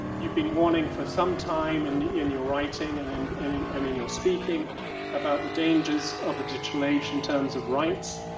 you've been warning for some time and in your writing and in and in and your speaking about the dangers of the digital age in terms of rights.